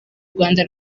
rwanda